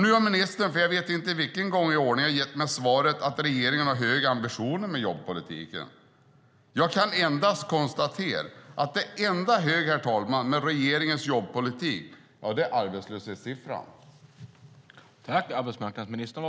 Nu har ministern för jag vet inte vilken gång i ordningen gett mig svaret att regeringen har höga ambitioner med jobbpolitiken. Jag kan endast konstatera att det enda höga, herr talman, med regeringens jobbpolitik är arbetslöshetssiffrorna.